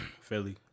Philly